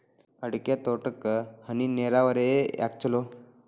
ಅಡಿಕೆ ತೋಟಕ್ಕ ಹನಿ ನೇರಾವರಿಯೇ ಯಾಕ ಛಲೋ?